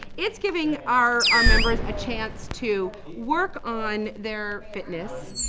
it's giving our our members a chance to work on their fitness,